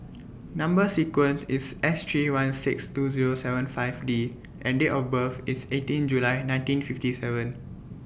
Number sequence IS S three one six two Zero seven five D and Date of birth IS eighteen July nineteen fifty seven